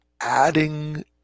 adding